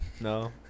No